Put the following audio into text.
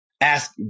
ask